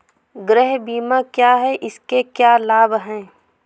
गृह बीमा क्या है इसके क्या लाभ हैं?